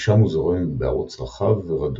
משם הוא זורם בערוץ רחב ורדוד.